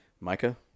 Micah